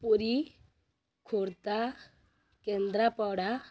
Puri Khordha Kendrapara